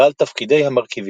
ועל תפקידי המרכיבים.